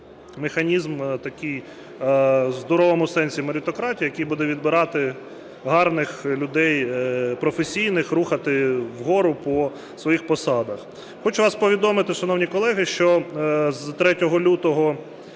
механізм такий в здоровому сенсі меритократії, який буде відбирати гарних людей, професійних, рухати вгору по своїх посадах. Хочу вас повідомити, шановні колеги, що з 3 лютого...